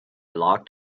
locked